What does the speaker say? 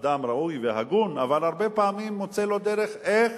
אדם ראוי והגון, אבל הרבה פעמים מוצא לו דרך איך